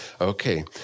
Okay